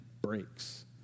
breaks